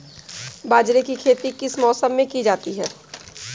बाजरे की खेती किस मौसम में की जाती है?